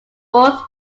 both